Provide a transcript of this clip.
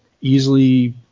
easily